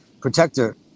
protector